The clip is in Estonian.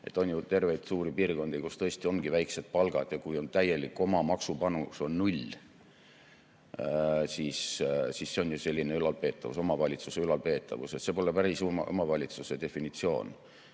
On ju terveid suuri piirkondi, kus tõesti ongi väikesed palgad. Kui oma maksupanus on täielik null, siis see on selline ülalpeetavus, omavalitsuse ülalpeetavus. See pole päris omavalitsuse definitsioon,